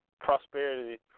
prosperity